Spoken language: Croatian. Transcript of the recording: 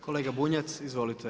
Kolega Bunjac izvolite.